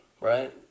right